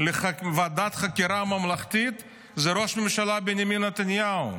לוועדת חקירה ממלכתית זה ראש הממשלה בנימין נתניהו.